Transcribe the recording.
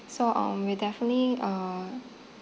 so um we'll definitely uh